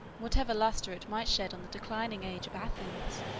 whatever lustre it might shed on the declining age of athens,